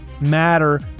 matter